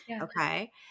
Okay